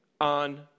on